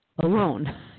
alone